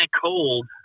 Cold